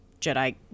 Jedi